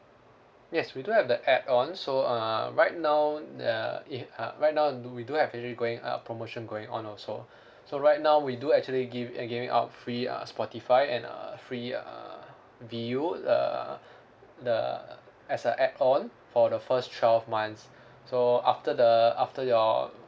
yes we do have the add on so uh right now the uh eh uh right now do we do have promotion going on also so right now we do actually give eh giving out free uh spotify and uh free uh viu uh the as a add on for the first twelve months so after the after your